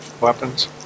weapons